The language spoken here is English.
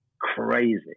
crazy